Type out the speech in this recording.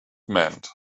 meant